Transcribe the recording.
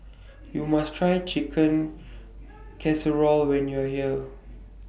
YOU must Try Chicken Casserole when YOU Are here